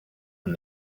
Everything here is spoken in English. and